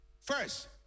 First